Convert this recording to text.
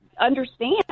understand